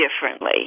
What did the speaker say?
differently